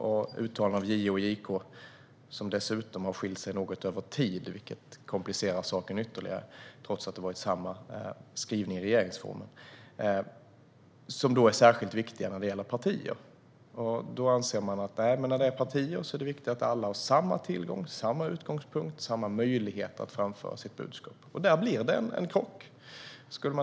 Dessa uttalanden har dock skilt sig över tid trots att regeringsformens skrivningar varit desamma, och detta komplicerar saken ytterligare. Kraven är särskilt viktiga när det gäller partier. Det har ansetts vara viktigt att alla partier ska ha samma tillgång, utgångspunkt och möjlighet att framföra sitt budskap. Här blir det en krock.